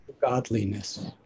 godliness